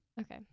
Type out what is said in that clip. Okay